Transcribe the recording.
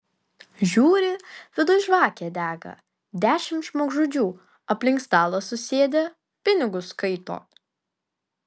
žiūri viduj žvakė dega dešimt žmogžudžių aplink stalą susėdę pinigus skaito